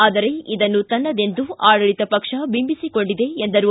ಆದರೆ ಇದನ್ನು ತನ್ನದೆಂದು ಆಡಳಿತ ಪಕ್ಷ ಬಿಂಬಿಸಿಕೊಂಡಿದೆ ಎಂದರು